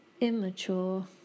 immature